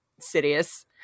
sidious